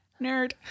Nerd